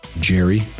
Jerry